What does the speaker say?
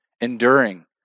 enduring